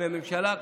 מהממשלה,